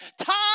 time